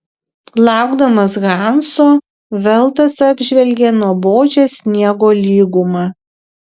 laukdamas hanso veltas apžvelgė nuobodžią sniego lygumą